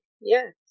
Yes